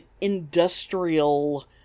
industrial